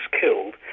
killed